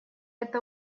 это